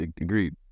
Agreed